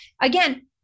again